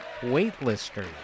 waitlisters